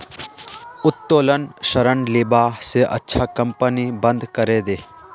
उत्तोलन ऋण लीबा स अच्छा कंपनी बंद करे दे